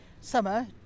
summer